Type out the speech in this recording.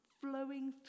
flowing